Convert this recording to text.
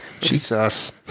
Jesus